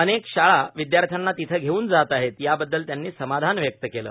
अनेक शाळा विदयार्थ्यांना तिथं घेऊन जात आहेत याबददल त्यांनी समाधान व्यक्त केलं